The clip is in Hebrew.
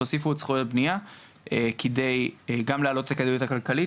תוסיפו עוד זכויות בניה גם על מנת להעלות את הכדאיות הכלכלית,